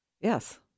Yes